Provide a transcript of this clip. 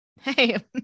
Hey